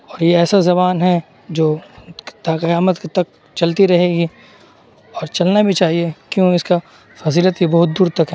اور یہ ایسا زبان ہے جو تا قیامت تک چلتی رہے گی اور چلنا بھی چاہیے کیوں اس کا فصیلت بھی بہت دور تک ہے